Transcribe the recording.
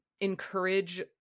encourage